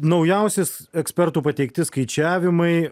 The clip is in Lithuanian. naujausias ekspertų pateikti skaičiavimai